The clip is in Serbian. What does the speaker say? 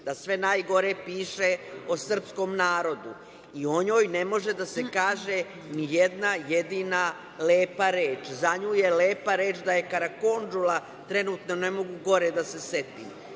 da sve najgore piše o srpskom narodu. O njoj ne može da se kaže nijedna jednina lepa reč. Za nju je lepa reč da je karakondžula, trenutno ne mogu gore da se setim.